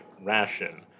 ration